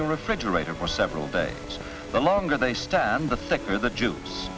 your refrigerator for several days the longer they stand the sector the j